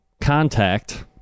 contact